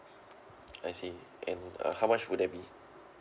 I see and uh how much would that be